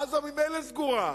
עזה ממילא סגורה.